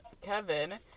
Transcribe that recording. Kevin